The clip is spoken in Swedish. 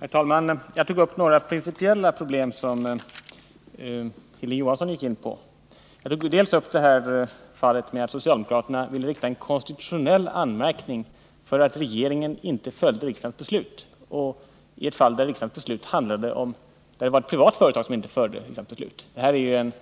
Herr talman! Jag tog upp några principiella problem, som Hilding Johansson också gick in på. Den ena frågan gäller det faktum att socialdemokraterna vill rikta en konstitutionell anmärkning mot regeringen för att denna inte följt riksdagens beslut i ett fall, där det var ett privat företag som inte följde riksdagens beslut. Det här är ju en